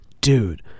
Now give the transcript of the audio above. Dude